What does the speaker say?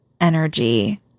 energy